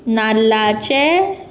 नाल्लाचे